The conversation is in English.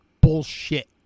Bullshit